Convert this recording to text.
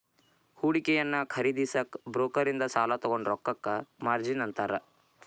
ಹೂಡಿಕೆಯನ್ನ ಖರೇದಿಸಕ ಬ್ರೋಕರ್ ಇಂದ ಸಾಲಾ ತೊಗೊಂಡ್ ರೊಕ್ಕಕ್ಕ ಮಾರ್ಜಿನ್ ಅಂತಾರ